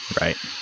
right